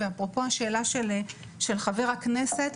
ואפרופו השאלה של חבר הכנסת,